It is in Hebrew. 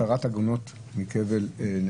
של התרת עגונות מכבלן,